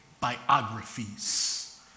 biographies